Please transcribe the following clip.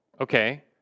okay